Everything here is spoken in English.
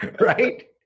right